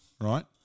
Right